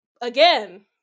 again